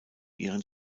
ihren